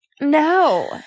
No